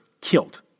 killed